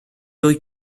wyt